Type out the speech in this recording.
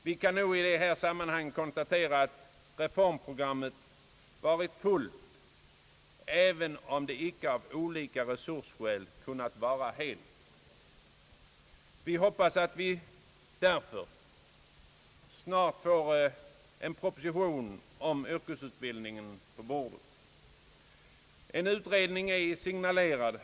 Vi kan nog i detta sammanhang konstatera att reformprogrammet varit fullt, även om det på grund av brist på resurser icke kunnat vara helt. Vi hoppas att det där | för snart lägges en proposition om yrkesutbildningen på riksdagens bord. Det har sagts att en utredning är signalerad.